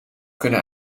kunnen